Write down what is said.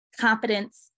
confidence